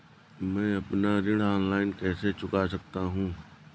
मैं अपना ऋण ऑनलाइन कैसे चुका सकता हूँ?